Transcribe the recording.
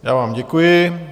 Já vám děkuji.